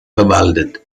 bewaldet